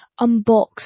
unbox